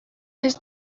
his